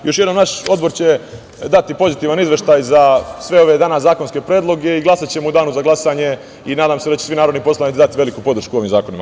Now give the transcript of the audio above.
Još jednom, naš Odbor će dati pozitivan izveštaj za sve današnje zakonske predloge i glasaćemo u danu za glasanje i nadam se da će svi narodni poslanici dati veliku podršku ovim zakonima.